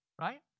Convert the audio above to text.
right